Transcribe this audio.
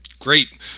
Great